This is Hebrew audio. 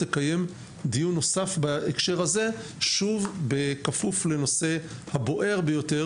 תקיים דיון נוסף בהקשר הזה בכפוף לנושא הבוער ביותר